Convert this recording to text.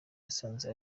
yisanze